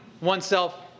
oneself